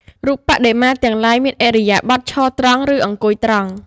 រូបបដិមាទាំងឡាយមានឥរិយាបថ ឈរត្រង់ ឬ អង្គុយត្រង់។